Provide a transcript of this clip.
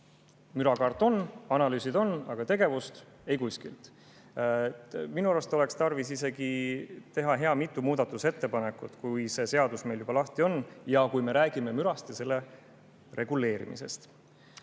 Mürakaart on, analüüsid on, aga tegevust ei kuskil. Minu arust oleks tarvis isegi teha mitu muudatusettepanekut, kui see seadus meil juba lahti on ja kui me räägime mürast ja selle reguleerimisest.